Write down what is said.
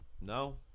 No